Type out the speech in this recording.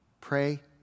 Pray